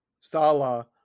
Sala